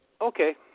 Okay